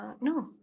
No